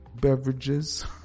beverages